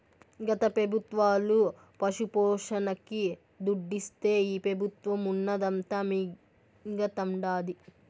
గత పెబుత్వాలు పశుపోషణకి దుడ్డిస్తే ఈ పెబుత్వం ఉన్నదంతా మింగతండాది